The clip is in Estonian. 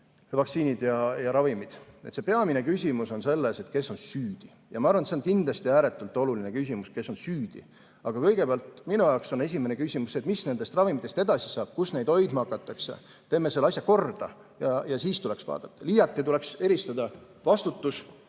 vaktsiinid ja ravimid, siis peamine küsimus on selles, kes on süüdi. Ma arvan, et see on kindlasti ääretult oluline küsimus, kes on süüdi. Aga minu jaoks on esimene küsimus see, mis nendest ravimitest edasi saab, kus neid hoidma hakatakse. Teeme selle asja korda. Ja siis tuleks vaadata, [kes on süüdi]. Liiati tuleks eristada vastutust